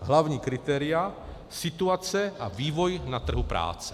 Hlavní kritéria situace a vývoj na trhu práce.